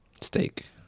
Steak